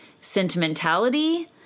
sentimentality